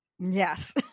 Yes